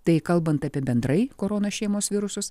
tai kalbant apie bendrai korona šeimos virusus